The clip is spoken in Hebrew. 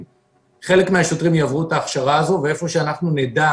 חלק מן השוטרים יעברו את ההכשרה הזאת ואיפה שאנחנו נדע